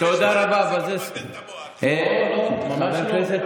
תודה רבה, אבל, לא, ממש לא.